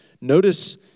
Notice